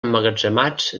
emmagatzemats